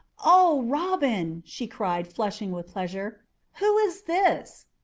oh! robin, she cried, flushing with pleasure who is this?